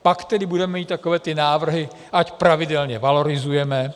Pak tedy budeme mít takové ty návrhy, ať pravidelně valorizujeme.